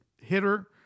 hitter